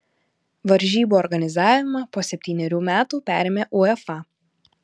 varžybų organizavimą po septynerių metų perėmė uefa